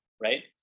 right